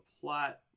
plot